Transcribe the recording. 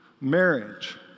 marriage